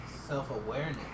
self-awareness